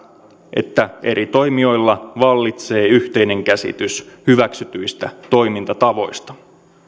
että eri toimijoilla vallitsee yhteinen käsitys hyväksytyistä toimintatavoista